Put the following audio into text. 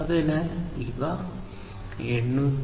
അതിനാൽ ഇവ 802